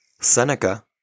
Seneca